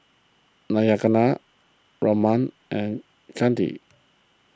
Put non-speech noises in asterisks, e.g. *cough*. *unintelligible* Raman and Chandi